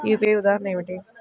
UPI ఉదాహరణ ఏమిటి?